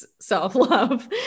self-love